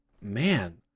man